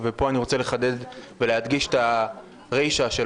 פה אני רוצה לחדד ולהדגיש את הרישא של